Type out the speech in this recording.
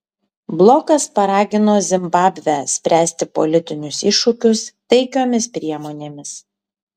blokas paragino zimbabvę spręsti politinius iššūkius taikiomis priemonėmis